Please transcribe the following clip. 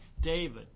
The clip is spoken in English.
David